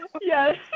Yes